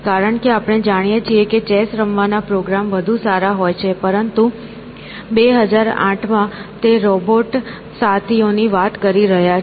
કારણ કે આપણે જાણીએ છીએ કે ચેસ રમવાના પ્રોગ્રામ વધુ સારા હોય છે પરંતુ 2008 માં તે રોબોટ સાથીઓની વાત કરી રહ્યા છે